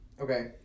Okay